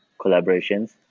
collaborations